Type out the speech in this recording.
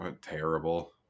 terrible